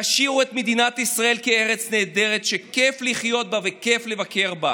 תשאירו את מדינת ישראל כארץ נהדרת שכיף לחיות בה וכיף לבקר בה.